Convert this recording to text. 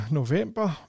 november